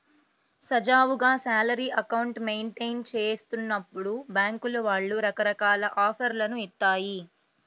సజావుగా salary account maintain చేస్తున్నప్పుడు బ్యేంకుల వాళ్ళు రకరకాల ఆఫర్లను ఇత్తాయి